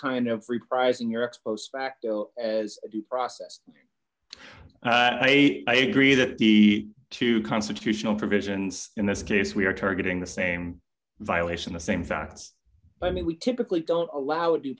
kind of repricing your ex post facto due process i agree that the two constitutional provisions in this case we are targeting the same violation the same facts i mean we typically don't allow